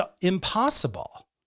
impossible